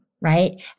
right